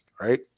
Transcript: right